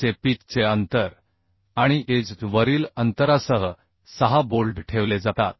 चे पिच चे अंतर आणि एज वरील अंतरासह सहा बोल्ट ठेवले जातात